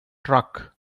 truck